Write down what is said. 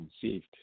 conceived